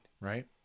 right